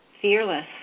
fearless